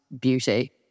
beauty